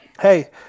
Hey